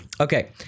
Okay